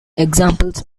examples